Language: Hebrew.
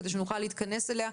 כדי שנוכל להתכנס אליה.